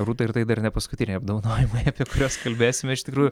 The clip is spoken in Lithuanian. rūta ir tai dar ne paskutiniai apdovanojimai apie kuriuos kalbėsime iš tikrųjų